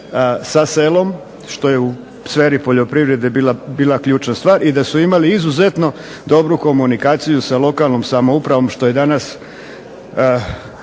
sa selom, što je u sferi poljoprivrede bila ključna stvar, i da su imali izuzetno dobru komunikaciju sa lokalnom samoupravom, što je danas